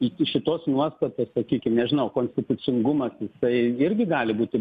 iki šitos nuostatos sakykim nežinau konstitucingumas jisai irgi gali būti